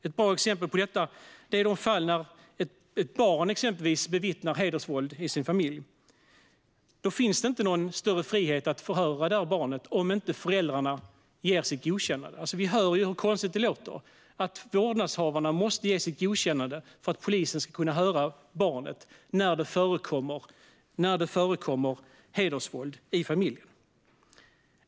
Ett bra exempel på detta är de fall då ett barn bevittnar hedersvåld i sin familj. Det finns inte någon större frihet att förhöra barnet om inte föräldrarna ger sitt godkännande. Vi hör hur konstigt det låter. Vårdnadshavarna måste ge sitt godkännande för att polisen ska kunna höra barnet när det förekommer hedersvåld i familjen.